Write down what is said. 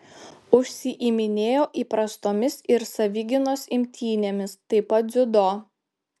užsiiminėjo įprastomis ir savigynos imtynėmis taip pat dziudo